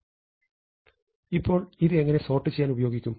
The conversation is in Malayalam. അതിനാൽ ഇപ്പോൾ ഇത് എങ്ങനെ സോർട്ട് ചെയ്യാൻ ഉപയോഗിക്കും